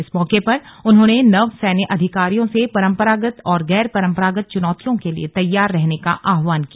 इस मौके पर उन्होंने नव सैन्य अधिकारियों से परम्परागत और गैर परम्परागत चुनौतियों के लिए तैयार रहने का आहवान किया